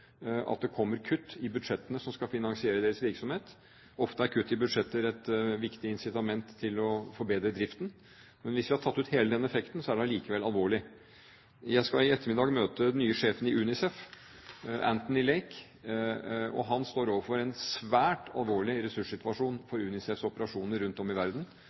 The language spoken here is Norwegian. at det kommer kutt i budsjettene som skal finansiere deres virksomhet. Ofte er kutt i budsjetter et viktig incitament til å forbedre driften, men hvis vi hadde tatt ut hele den effekten, er det likevel alvorlig. Jeg skal i ettermiddag møte den nye sjefen i UNICEF, Anthony Lake, og han står overfor en svært alvorlig ressurssituasjon for UNICEFs operasjoner rundt om i verden.